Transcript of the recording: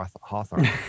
Hawthorne